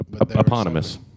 Eponymous